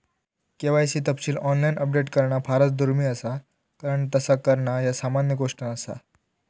KYC तपशील online update करणा फारच दुर्मिळ असा कारण तस करणा ह्या सामान्य गोष्ट नसा